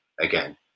again